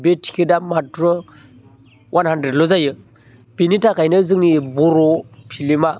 बे टिकेटआ माथ्र' अवान हानड्रेडल' जायो बिनि थाखायनो जोंनि बर' फिलमा